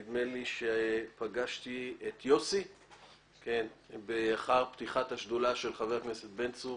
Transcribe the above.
נדמה לי שפגשתי את יוסי אחרי פתיחת השדולה של חבר הכנסת בן-צור